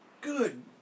Good